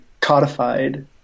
codified